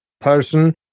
person